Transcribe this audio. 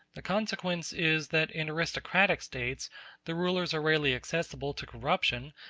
the consequence is that in aristocratic states the rulers are rarely accessible to corruption,